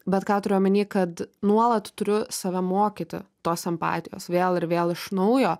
bet ką turiu omeny kad nuolat turiu save mokyti tos empatijos vėl ir vėl iš naujo